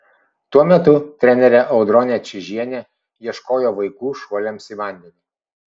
tuo metu trenerė audronė čižienė ieškojo vaikų šuoliams į vandenį